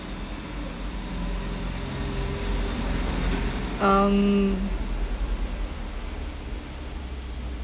um